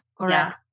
Correct